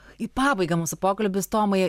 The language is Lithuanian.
į pabaigą mūsų pokalbis tomai